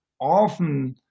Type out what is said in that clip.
often